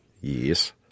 Yes